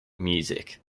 music